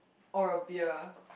or a beer